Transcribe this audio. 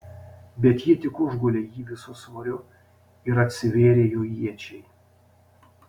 bet ji tik užgulė jį visu svoriu ir atsivėrė jo iečiai